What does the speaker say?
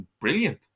brilliant